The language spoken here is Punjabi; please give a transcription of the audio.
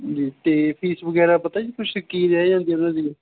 ਜੀ ਅਤੇ ਫੀਸ ਵਗੈਰਾ ਪਤਾ ਜੀ ਕੁਛ ਕੀ ਰਹਿ ਜਾਂਦੀ ਆ ਉਨ੍ਹਾਂ ਦੀ